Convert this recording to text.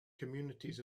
communities